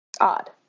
Odd